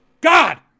God